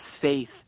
faith